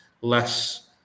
less